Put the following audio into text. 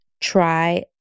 Try